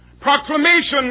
Proclamation